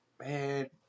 man